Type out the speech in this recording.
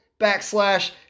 backslash